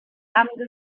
haben